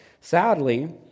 sadly